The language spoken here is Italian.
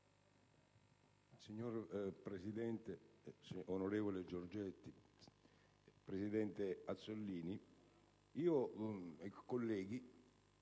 Signor Presidente, onorevole Giorgetti, presidente Azzollini, colleghi,